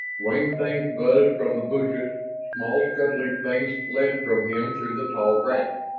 winged things buzzed from the bushes, small scuttling things fled from him through the tall grass.